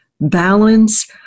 balance